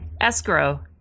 escrow